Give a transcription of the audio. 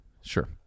sure